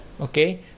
okay